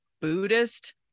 Buddhist